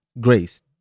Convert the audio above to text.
grace